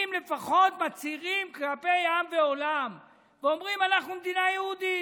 אם לפחות מצהירים כלפי עם ועולם ואומרים: אנחנו מדינה יהודית,